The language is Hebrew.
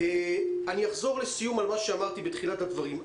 אני אחזור לסיום על מה שאמרתי בתחילת הדברים.